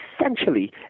essentially